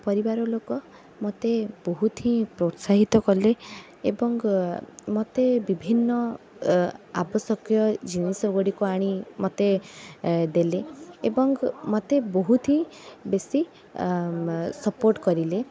ପରିବାରଲୋକ ମୋତେ ବହୁତ ହିଁ ପ୍ରୋତ୍ସାହିତ କଲେ ଏବଂ ମୋତେ ବିଭିନ୍ନ ଆବଶ୍ୟକୀୟ ଜିନିଷଗୁଡ଼ିକ ଆଣି ମୋତେ ଏ ଦେଲେ ଏବଂ ମୋତେ ବହୁତ ହିଁ ବେଶୀ ସପୋର୍ଟ କରିଲେ